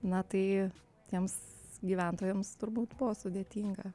na tai tiems gyventojams turbūt buvo sudėtinga